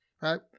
right